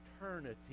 eternity